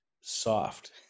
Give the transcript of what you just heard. soft